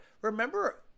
remember